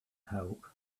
help